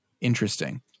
interesting